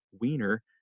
wiener